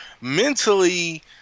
Mentally